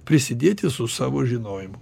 prisidėti su savo žinojimu